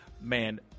man